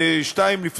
ב-02:00,